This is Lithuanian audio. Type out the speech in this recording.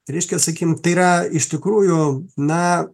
tai reiškia sakykim tai yra iš tikrųjų na